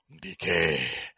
decay